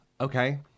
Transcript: Okay